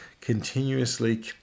continuously